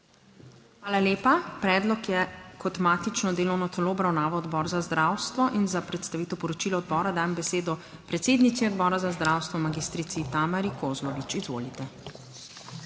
Hvala lepa. Predlog je kot matično delovno telo obravnaval Odbor za zdravstvo in za predstavitev poročila odbora dajem besedo predsednici Odbora za zdravstvo, magistrici Tamari Kozlovič. Izvolite.